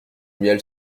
miel